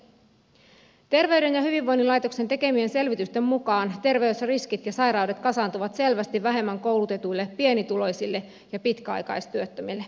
terveyden ja hyvinvoinnin laitoksen tekemien selvitysten mukaan terveysriskit ja sairaudet kasaantuvat selvästi vähemmän koulutetuille pienituloisille ja pitkäaikaistyöttömille